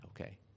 okay